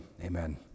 amen